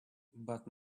but